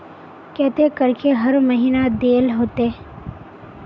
केते करके हर महीना देल होते?